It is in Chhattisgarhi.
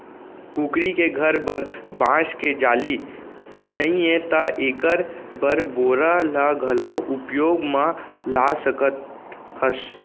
कुकरी के घर बर बांस के जाली नइये त एकर बर बोरा ल घलौ उपयोग म ला सकत हस